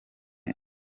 amb